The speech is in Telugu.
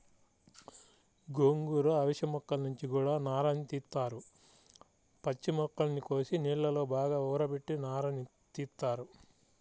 గోంగూర, అవిశ మొక్కల నుంచి గూడా నారని తీత్తారు, పచ్చి మొక్కల్ని కోసి నీళ్ళలో బాగా ఊరబెట్టి నారని తీత్తారు